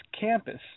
campus